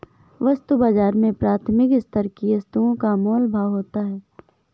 वस्तु बाजार में प्राथमिक स्तर की वस्तुओं का मोल भाव होता है